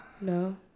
No